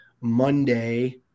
Monday